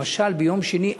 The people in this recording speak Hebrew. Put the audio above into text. למשל ביום שני,